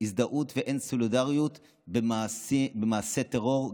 הזדהות ואין סולידריות עם מעשי טרור,